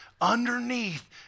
underneath